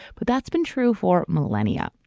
but that's been true for millennia.